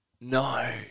No